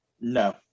No